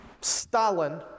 Stalin